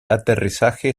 aterrizaje